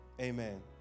amen